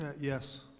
Yes